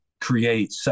create